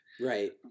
right